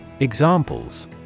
Examples